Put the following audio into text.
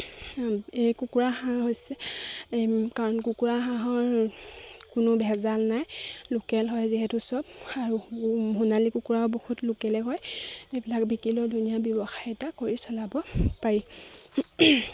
এই কুকুৰা হাঁহ হৈছে কাৰণ কুকুৰা হাঁহৰ কোনো ভেজাল নাই লোকেল হয় যিহেতু চব আৰু সোণালী কুকুৰাও বহুত লোকেলে হয় এইবিলাক বিকিলেও ধুনীয়া ব্যৱসায় এটা কৰি চলাব পাৰি